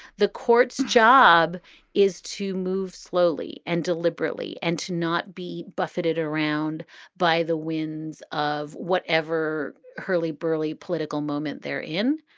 the court's job is to move slowly and deliberately and to not be buffeted around by the winds of whatever hurly burly political moment they're in.